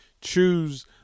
Choose